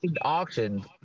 auction